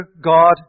God